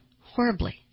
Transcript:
horribly